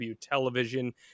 television